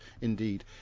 indeed